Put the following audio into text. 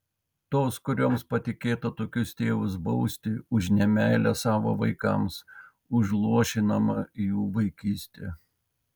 tos kurioms patikėta tokius tėvus bausti už nemeilę savo vaikams už luošinamą jų vaikystę